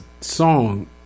song